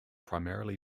primarily